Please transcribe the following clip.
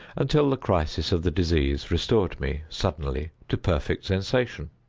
until the crisis of the disease restored me, suddenly, to perfect sensation.